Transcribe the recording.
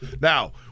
Now